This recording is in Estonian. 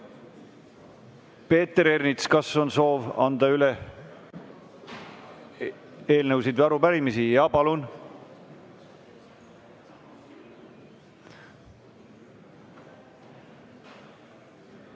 Peeter Ernits, kas on soovi anda üle eelnõusid või arupärimisi? Palun!